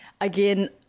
again